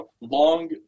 long